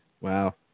Wow